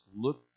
Look